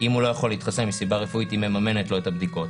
אם הוא לא יכול להתחסן מסיבה רפואית היא מממנת לו את הבדיקות.